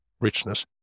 richness